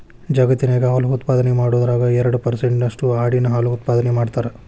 ಜಗತ್ತಿನ್ಯಾಗ ಹಾಲು ಉತ್ಪಾದನೆ ಮಾಡೋದ್ರಾಗ ಎರಡ್ ಪರ್ಸೆಂಟ್ ನಷ್ಟು ಆಡಿನ ಹಾಲು ಉತ್ಪಾದನೆ ಮಾಡ್ತಾರ